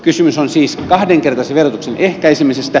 kysymys on siis kahdenkertaisen verotuksen ehkäisemisestä